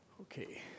Okay